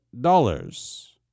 dollars